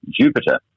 Jupiter